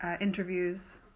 interviews